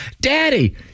Daddy